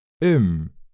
Im